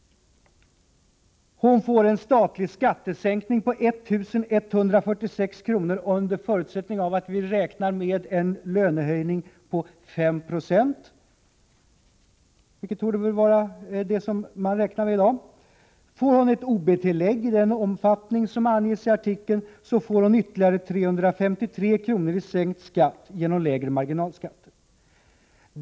Hon får en statlig skattesänkning på 1 146 kr., under förutsättning av en lönehöjning på 5 96, vilket väl torde vara vad man räknar med i dag. Får hon ob-tillägg i den omfattning som anges i artikeln, så får hon ytterligare 353 kr. i sänkt skatt genom lägre marginalskatter.